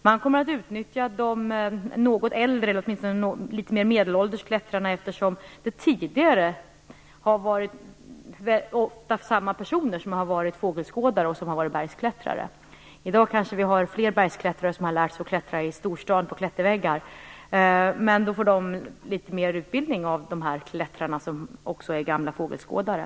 Man kommer att utnyttja de något äldre, åtminstone de litet mera medelålders, klättrarna. Tidigare var fågelskådarna ofta också bergsklättrare. I dag är det kanske fler bergsklättrare som lärt sig att klättra på klätterväggar i någon storstad. De får litet mera utbildning av de klättrare som sedan gammalt också är fågelskådare.